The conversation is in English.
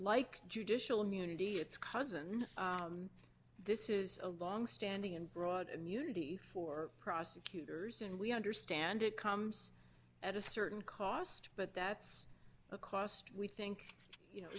like judicial immunity it's cousin this is a longstanding and broad immunity for prosecutors and we understand it comes at a certain cost but that's a cost we think you know